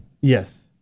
Yes